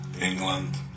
England